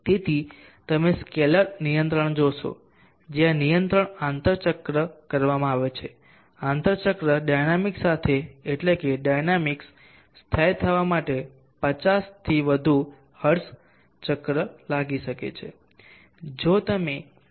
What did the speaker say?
તેથી તમે સ્કેલેર નિયંત્રણ જોશો જ્યાં નિયંત્રણ આંતર ચક્ર કરવામાં આવે છે આંતર ચક્ર ડાયનામીક્સ સાથે એટલે કે ડાયનામીક્સ સ્થાયી થવા માટે 50 થી વધુ હર્ટ્ઝ ચક્ર લાગી શકે છે